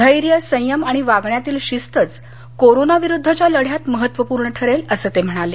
धैर्य संयम आणि वागण्यातील शिस्तच कोरोना विरुद्धच्या लढ्यात महत्त्वपूर्ण ठरेल असं ते म्हणाले